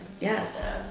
Yes